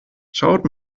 schaut